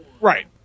right